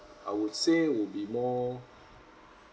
I would say would be more